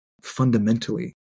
fundamentally